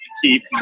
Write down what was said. keep